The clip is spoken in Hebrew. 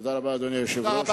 תודה רבה, אדוני היושב-ראש.